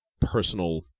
personal